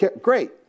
Great